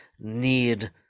need